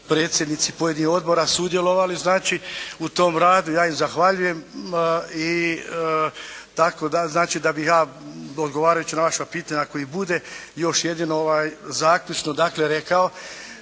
predsjednici pojedinih Odbora sudjelovali u tom radu. Ja im zahvaljujem. Tako da znači da bih ja odgovarao na vaša pitanja ako ih bude. Još jedino zaključno bih rekao